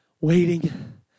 waiting